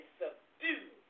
subdue